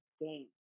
game